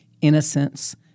Innocence